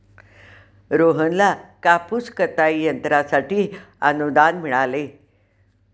रोहनला कापूस कताई यंत्रासाठी अनुदान मिळाले